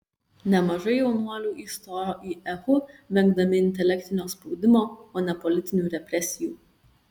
nemažai jaunuolių įstojo į ehu vengdami intelektinio spaudimo o ne politinių represijų